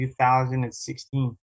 2016